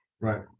Right